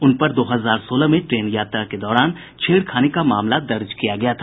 उनपर दो हजार सोलह में ट्रेन यात्रा के दौरान छेड़खानी का मामला दर्ज किया गया था